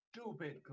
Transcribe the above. stupid